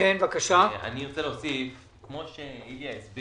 כפי שהצגת בדיון הקודם,